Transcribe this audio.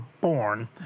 born